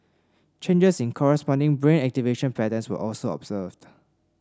changes in corresponding brain activation patterns were also observed